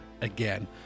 again